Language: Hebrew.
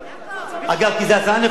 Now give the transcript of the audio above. כי זו הצעה נכונה.